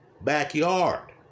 backyard